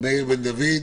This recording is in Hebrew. בן דוד.